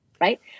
Right